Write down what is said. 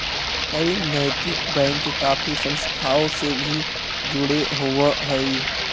कई नैतिक बैंक काफी संस्थाओं से भी जुड़े होवअ हई